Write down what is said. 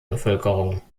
bevölkerung